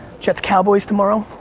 jets, cowboys tomorrow.